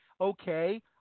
okay